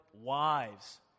wives